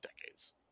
decades